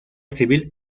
civil